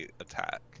attack